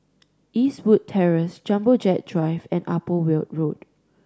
Eastwood Terrace Jumbo Jet Drive and Upper Weld Road